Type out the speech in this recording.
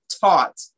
taught